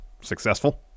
successful